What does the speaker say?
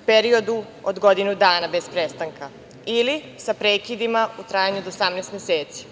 u periodu od godinu dana bez prestanka ili sa prekidima u trajanju do 18 meseci.